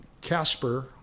Casper